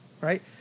Right